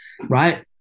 right